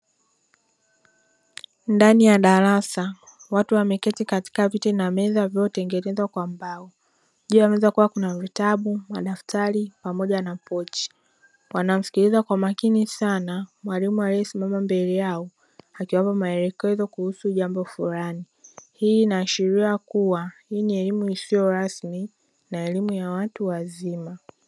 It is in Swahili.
Ndani ya darasa watu wameketi katika viti na meza vilivyotengenezwa kwa mbao, juu ya meza kukiwa kuna vitabu, madaftari pamoja na pochi. Wanamsikiliza kwa makini sana mwalimu aliyesimama mbele yao akiwapa maelekezo kuhusu jambo fulani, Hii inaashiria kuwa hii ni elimu isiyo rasmi na elimu ya watu wazima.